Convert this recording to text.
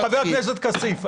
חבר הכנסת כסיף,